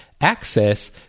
access